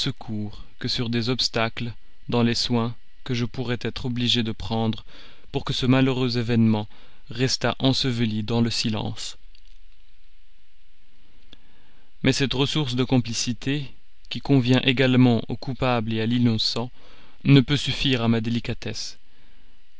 que sur des obstacles dans les soins que je pourrais être obligé de prendre pour que ce malheureux événement restât enseveli dans le silence mais cette ressource de complicité qui convient également au coupable à l'innocent ne peut suffire à ma délicatesse